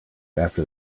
after